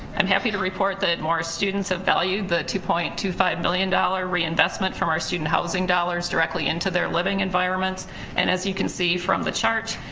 i'm happy to report that morris students have valued the two point two five million dollar reinvestment from our student housing dollars directly into their living environments and as you can see from the chart,